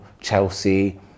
chelsea